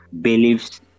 beliefs